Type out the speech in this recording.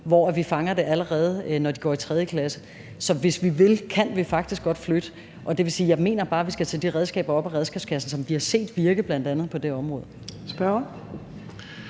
hvor vi fanger det, allerede når de går i 3. klasse. Så hvis vi vil, kan vi faktisk godt flytte det, og det vil bare sige, at jeg mener, at vi skal tage det redskab op af redskabskassen, som vi har set virke bl.a. på det område. Kl.